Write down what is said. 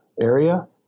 area